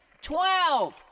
twelve